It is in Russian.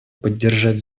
поддержать